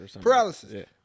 Paralysis